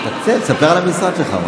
ספר על המשרד שלך.